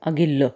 अघिल्लो